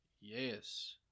Yes